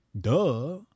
duh